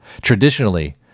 Traditionally